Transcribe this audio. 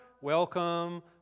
welcome